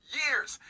years